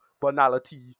banality